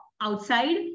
outside